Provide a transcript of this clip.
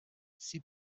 ses